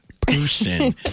person